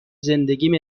زندگیم